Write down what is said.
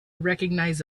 recognize